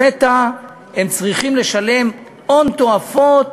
לפתע הם צריכים לשלם הון תועפות,